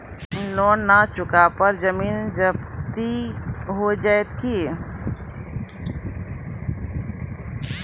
Loan न चुका पर जमीन जब्ती हो जैत की?